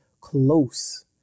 close